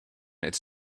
its